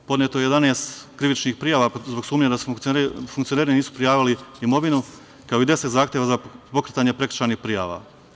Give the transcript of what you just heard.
Podneto je 11 krivičnih prijava zbog sumnje da funkcioneri nisu prijavili imovinu, kao i 10 zahteva za pokretanje prekršajnih prijava.